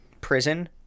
prison